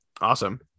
awesome